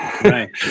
Right